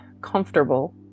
comfortable